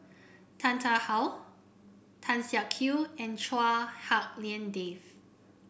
Tan Tarn How Tan Siak Kew and Chua Hak Lien Dave